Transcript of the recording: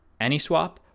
AnySwap